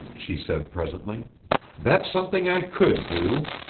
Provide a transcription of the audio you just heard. she said presently that's something i could do.